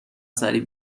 سریع